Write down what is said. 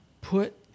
Put